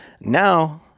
now